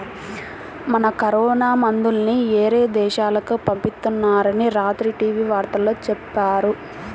మన కరోనా మందుల్ని యేరే దేశాలకు పంపిత్తున్నారని రాత్రి టీవీ వార్తల్లో చెప్పారు